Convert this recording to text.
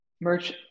Merch